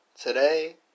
Today